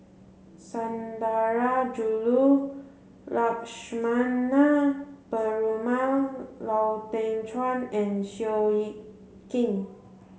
Sundarajulu Lakshmana Perumal Lau Teng Chuan and Seow Yit Kin